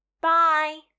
bye